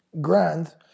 grand